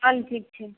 चलू ठीक छै